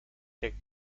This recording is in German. der